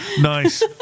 Nice